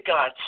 God